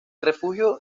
refugio